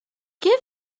give